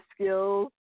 skills